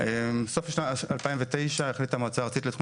סוף שנת 2009 החליטה המועצה הארצית לתכנון